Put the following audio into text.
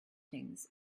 things